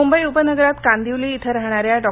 मुंबई उपनगरात कांदिवली इथं राहणाऱ्या डॉ